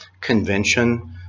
convention